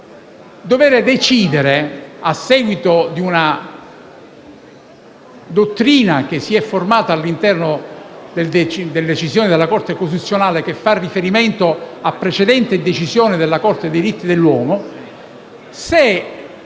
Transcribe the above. dover decidere, a seguito di una dottrina che si è formata all'interno delle decisioni della Corte costituzionale, la quale a sua volta fa riferimento a precedenti decisioni della Corte europea dei diritti dell'uomo, se